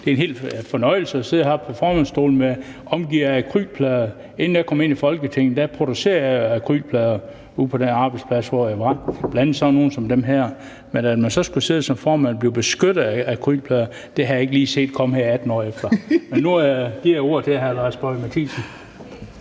det er en hel fornøjelse at sidde her i formandsstolen omgivet af akrylplader. Inden jeg kom ind i Folketinget, producerede jeg akrylplader på den arbejdsplads, hvor jeg var, og bl.a. sådan nogle som dem her, men at man skulle sidde som formand og blive beskyttet af akrylplader, havde jeg ikke lige set komme her 18 år efter. Nu giver jeg ordet til hr. Lars Boje Mathiesen.